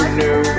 new